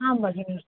आम् भगिनि